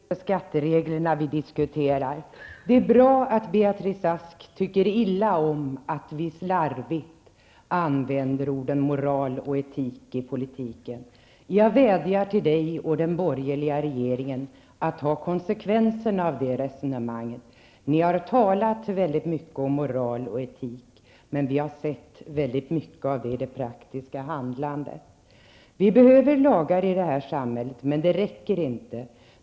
Herr talman! Beatrice Ask är väl medveten om att vi inte primärt diskuterar skattereglerna. Det är bra att Beatrice Ask tycker illa om att vi använder orden moral och etik slarvigt i politiken. Jag vädjar till Beatrice Ask och den borgerliga regeringen att ta konsekvenserna av det resonemanget. Ni har talat mycket om moral och etik, men vi har sett det praktiska handlandet. Vi behöver lagar i vårt samhälle, men det räcker inte.